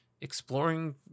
Exploring